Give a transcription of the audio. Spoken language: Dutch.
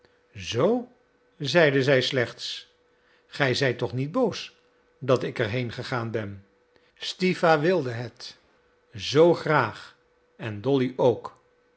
zoo zeide zij slechts ge zijt toch niet boos dat ik er heengegaan ben stiwa wilde het zoo graag en dolly ook